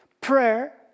prayer